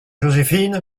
joséphine